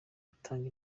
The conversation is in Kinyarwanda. atanga